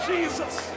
Jesus